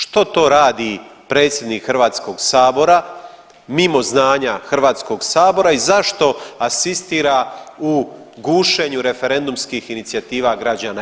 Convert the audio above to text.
Što to radi predsjednik Hrvatskog sabora, mimo znanja Hrvatskog sabora i zašto asistira u gušenju referendumskih inicijativa građana?